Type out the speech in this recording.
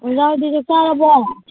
ꯑꯣꯖꯥ ꯑꯗꯨ ꯆꯥꯛ ꯆꯥꯔꯕꯣ